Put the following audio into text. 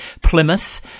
Plymouth